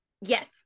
yes